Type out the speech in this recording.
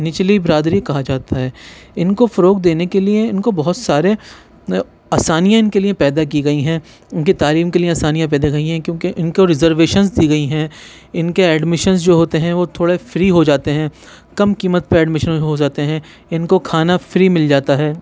نچلی برادری کہا جاتا ہے ان کو فروغ دینے کے لئے ان کو بہت سارے آسانیاں ان کے لئے پیدا کی گئی ہیں ان کے تعلیم کے لئے آسانیاں پیدا کی گئی ہیں کیونکہ ان کو ریزرویشنس دی گئی ہیں ان کے ایڈمیشنز جو ہوتے ہیں وہ تھوڑے فری ہو جاتے ہیں کم قیمت پہ ایڈمیشن ہو جاتے ہیں ان کو کھانا فری مل جاتا ہے